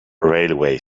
railway